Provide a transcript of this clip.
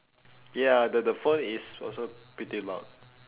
ya the the phone is also pretty loud